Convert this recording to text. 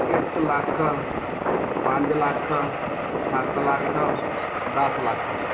ਇੱਕ ਲੱਖ ਪੰਜ ਲੱਖ ਸੱਤ ਲੱਖ ਦਸ ਲੱਖ